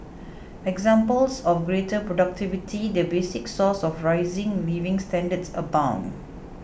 examples of greater productivity the basic source of rising living standards abound